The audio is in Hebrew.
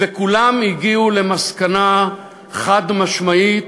וכולם הגיעו למסקנה חד-משמעית,